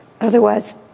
Otherwise